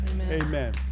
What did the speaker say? Amen